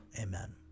amen